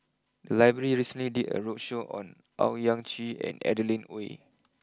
the library recently did a roadshow on Owyang Chi and Adeline Ooi